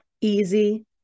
easy